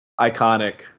iconic